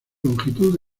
longitud